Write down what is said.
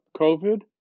COVID